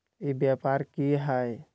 ई व्यापार की हाय?